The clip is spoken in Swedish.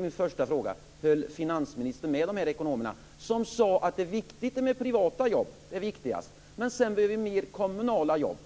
Min första fråga är: Höll finansministern med dessa ekonomer som sade att det viktigaste var privata jobb men att vi sedan behöver fler kommunala jobb?